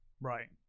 right